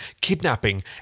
kidnapping